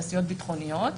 תעשיות ביטחוניות,